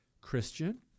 Christian